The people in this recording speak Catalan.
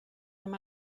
amb